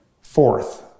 Fourth